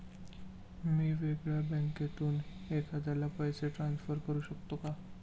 मी वेगळ्या बँकेतून एखाद्याला पैसे ट्रान्सफर करू शकतो का?